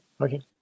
Okay